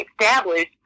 established